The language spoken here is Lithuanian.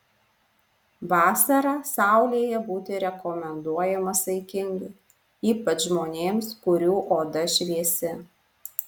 vasarą saulėje būti rekomenduojama saikingai ypač žmonėms kurių oda šviesi